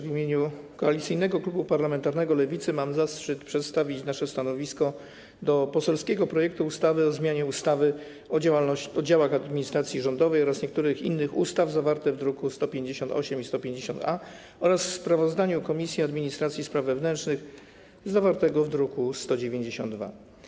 W imieniu Koalicyjnego Klubu Parlamentarnego Lewicy mam zaszczyt przedstawić nasze stanowisko dotyczące poselskiego projektu ustawy o zmianie ustawy o działach administracji rządowej oraz niektórych innych ustaw, zawartego w druku nr 158 i 158-A, oraz sprawozdania Komisji Administracji i Spraw Wewnętrznych zawartego w druku nr 192.